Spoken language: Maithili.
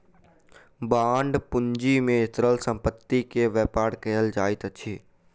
बांड पूंजी में तरल संपत्ति के व्यापार कयल जाइत अछि